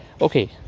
okay